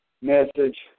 message